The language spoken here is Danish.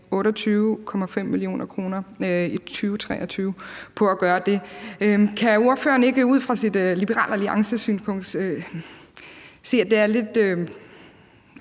28,5 mio. kr. i 2023 til at gøre det. Kan ordføreren ikke ud fra sit Liberal Alliance-synspunkt se, at det er lidt